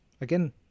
again